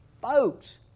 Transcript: Folks